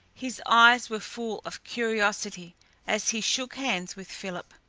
his eyes were full of curiosity as he shook hands with philip.